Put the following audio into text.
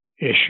issue